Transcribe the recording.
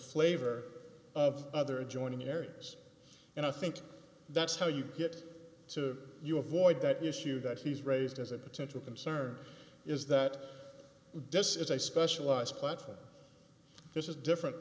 flavor of other adjoining areas and i think that's how you get to you avoid that issue that he's raised as a potential concern is that this is a specialized platform this is different